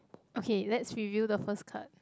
okay let's reveal the first card